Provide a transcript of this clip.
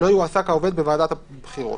לא יועסק העובד בוועדת בחירות,